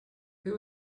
who